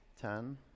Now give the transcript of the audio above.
Ten